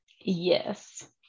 Yes